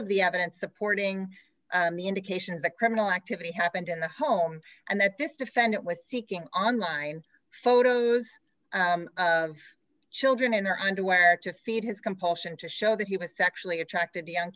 of the evidence supporting the indications that criminal activity happened in the home and that this defendant was seeking online photos children in their underwear to feed his compulsion to show that he was sexually attracted to young